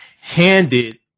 handed